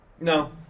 No